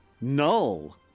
Null